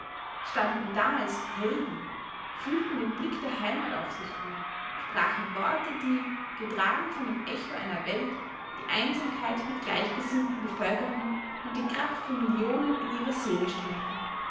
standen da als helden fühlten den blick der heimat auf sich ruhen sprachen worte die getragen von dem echo einer welt die einsamkeit mit gleichgesinnten bevölkerten und die kraft von millionen in ihre seele strömten